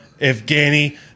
Evgeny